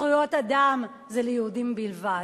זכויות אדם זה ליהודים בלבד.